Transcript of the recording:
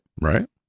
Right